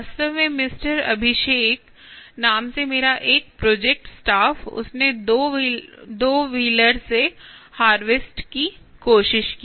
वास्तव में मिस्टर अभिषेक नाम से मेरा एक प्रोजेक्ट स्टाफ उसने 2 व्हीलर से हार्वेस्ट की कोशिश की